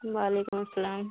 وعلیکم السلام